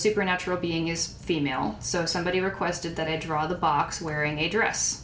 supernatural being is female so somebody requested that i draw the box wearing a dress